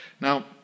Now